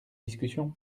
discussion